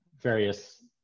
various